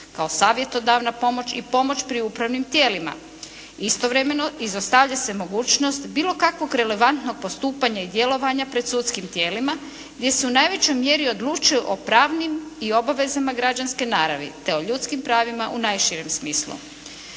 kao savjetodavna pomoć i pomoć pri upravnim tijelima. Istovremeno izostavlja se mogućnost bilo kakvog relevantnog postupanja i djelovanja pred sudskim tijelima gdje se u najvećoj mjeri odlučuje o pravnim i obavezama građanske naravi te o ljudskim pravima u najširem smislu.